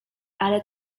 ale